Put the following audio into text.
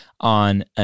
on